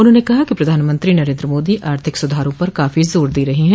उन्होंने कहा कि प्रधानमंत्री नरेन्द्र मोदी आर्थिक सूधारों पर काफी जोर दे रहे हैं